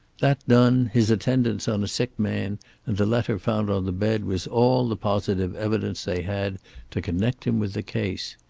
that done, his attendance on a sick man, and the letter found on the bed was all the positive evidence they had to connect him with the case.